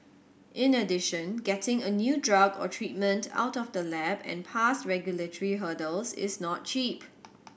in addition getting a new drug or treatment out of the lab and past regulatory hurdles is not cheap